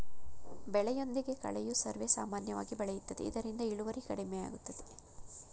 ಬೆಳೆಯೊಂದಿಗೆ ಕಳೆಯು ಸರ್ವೇಸಾಮಾನ್ಯವಾಗಿ ಬೆಳೆಯುತ್ತದೆ ಇದರಿಂದ ಇಳುವರಿ ಕಡಿಮೆಯಾಗುತ್ತದೆ